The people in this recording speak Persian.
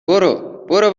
برو، برو